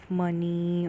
money